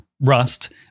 Rust